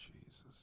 Jesus